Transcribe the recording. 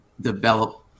develop